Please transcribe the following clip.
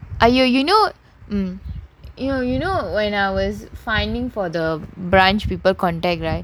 you know mm mm you know when I was finding for the branch people contact right